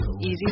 easy